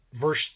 verse